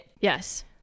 Yes